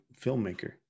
filmmaker